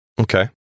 Okay